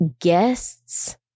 guests